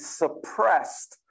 suppressed